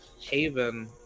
Haven